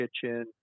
kitchen